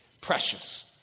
precious